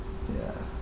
ya